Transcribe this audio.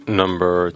number